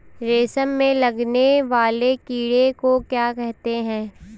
रेशम में लगने वाले कीड़े को क्या कहते हैं?